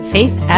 Faith